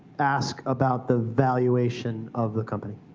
ask about the valuation of the company?